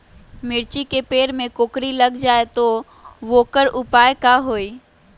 मिर्ची के पेड़ में कोकरी लग जाये त वोकर उपाय का होई?